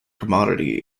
commodity